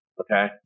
Okay